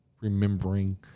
remembering